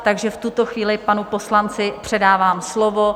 Takže v tuto chvíli panu poslanci předávám slovo.